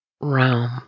realm